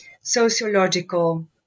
sociological